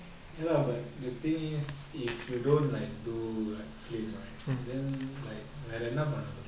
ya lah but the thing is if you don't like do like film right then like வேற என்ன பண்ண முடியும்:vera enna panna mudiyum